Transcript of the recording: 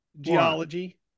Geology